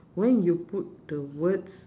when you put the words